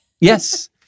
Yes